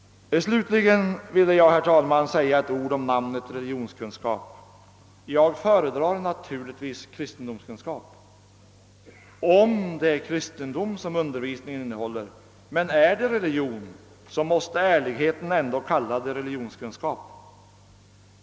Slutligen vill jag, herr talman, säga några ord om namnet religionskunskap. Jag föredrar naturligtvis namnet kristendomskunskap, om det är kristendom undervisningen innehåller, men är det religion så måste ämnet i ärlighetens namn ändå kallas religionskunskap.